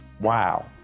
Wow